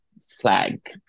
flag